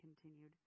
continued